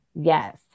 yes